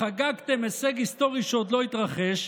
חגגתם הישג היסטורי שעוד לא התרחש,